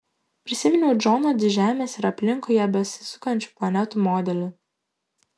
prisiminiau džono di žemės ir aplinkui ją besisukančių planetų modelį